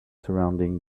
surrounding